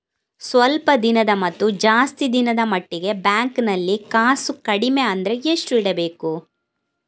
ಸ್ವಲ್ಪ ದಿನದ ಮತ್ತು ಜಾಸ್ತಿ ದಿನದ ಮಟ್ಟಿಗೆ ಬ್ಯಾಂಕ್ ನಲ್ಲಿ ಕಾಸು ಕಡಿಮೆ ಅಂದ್ರೆ ಎಷ್ಟು ಇಡಬೇಕು?